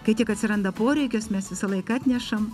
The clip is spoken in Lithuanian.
kai tik atsiranda poreikis mes visą laiką atnešam